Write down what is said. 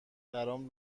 برام